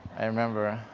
i remember.